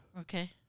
Okay